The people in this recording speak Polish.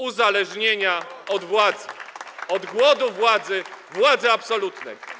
uzależnienia od władzy, od głodu władzy, władzy absolutnej.